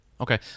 Okay